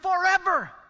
forever